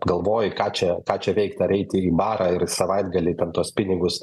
galvoji ką čia ką čia veikt ar eiti į barą ir savaitgalį ten tuos pinigus